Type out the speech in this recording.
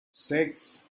six